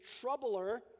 troubler